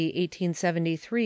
1873